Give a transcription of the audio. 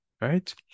right